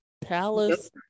Palace